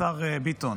השר ביטון,